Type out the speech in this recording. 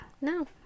No